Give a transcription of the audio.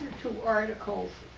two articles